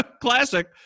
classic